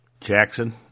Jackson